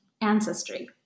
ancestry